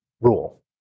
rule